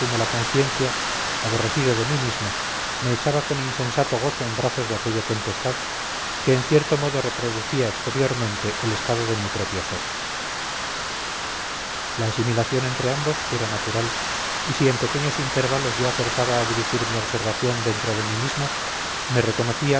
la conciencia aborrecido de mí mismo me echaba con insensato gozo en brazos de aquella tempestad que en cierto modo reproducía exteriormente el estado de mi propio ser la asimilación entre ambos era natural y si en pequenos intervalos yo acertaba a dirigir mi observación dentro de mí mismo me reconocía